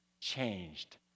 changed